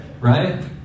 right